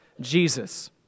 Jesus